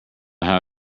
how